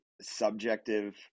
subjective